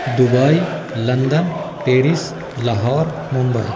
Dubai London Paris Lahore Mumbai